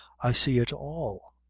i see it all.